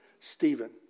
Stephen